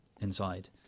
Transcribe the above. inside